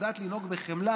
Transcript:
שיודעת לנהוג בחמלה